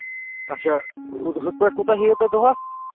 اچھا ہُتھ ہُتھ پٲٹھۍ کوٗتاہ ہیٚیِو تُہۍ دۄہَس